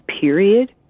period